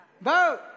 Vote